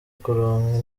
kuronka